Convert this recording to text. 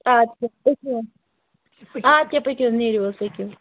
اچھا پٔکِو حظ ادٕ کیٛاہ پٔکِو حظ نیٖرِو حظ پٔکِو